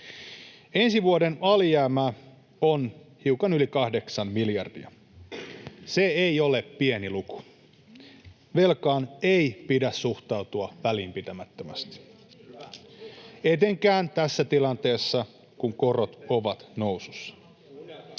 Ensi vuoden alijäämä on hiukan yli kahdeksan miljardia. Se ei ole pieni luku. Velkaan ei pidä suhtautua välinpitämättömästi, [Timo Heinonen: Oikein hyvä! Kuunnelkaa,